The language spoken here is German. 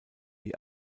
die